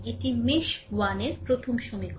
এটি মেশ 1 এর প্রথম সমীকরণ